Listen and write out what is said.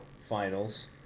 finals